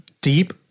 deep